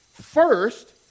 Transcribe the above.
First